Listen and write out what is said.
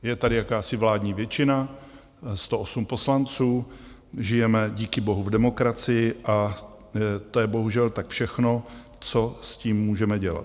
Je tady jakási vládní většina 108 poslanců, žijeme díkybohu v demokracii, a to je bohužel tak všechno, co s tím můžeme dělat.